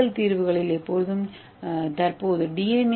அயனிகள் தீர்வுகளில் தற்போது டி